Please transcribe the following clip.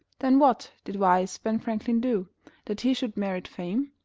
then what did wise ben franklin do that he should merit fame?